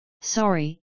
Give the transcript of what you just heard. Sorry